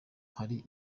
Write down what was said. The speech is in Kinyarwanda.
hari